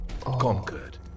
conquered